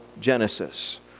Genesis